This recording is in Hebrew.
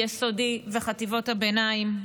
ביסודי ובחטיבות הביניים.